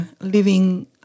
living